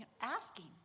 asking